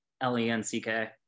L-E-N-C-K